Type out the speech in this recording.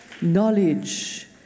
knowledge